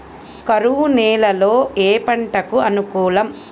కరువు నేలలో ఏ పంటకు అనుకూలం?